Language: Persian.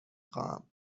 خواهم